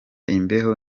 imbeho